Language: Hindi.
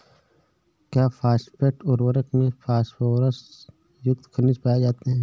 क्या फॉस्फेट उर्वरक में फास्फोरस युक्त खनिज पाए जाते हैं?